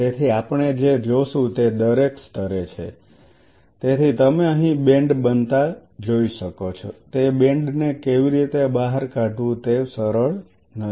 તેથી આપણે જે જોશું તે દરેક સ્તરે છે તેથી તમે અહીં બેન્ડ બનતા જોઈ શકો છો તે બેન્ડ ને કેવી રીતે બહાર કાઢવું તે સરળ નથી